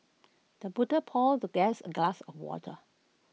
the butler poured the guest A glass of water